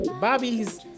bobby's